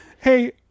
Hey